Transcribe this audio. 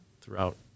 throughout